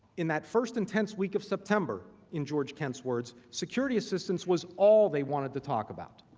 in that first intense week of september in george kant's words, security assistance was all they wanted to talk about.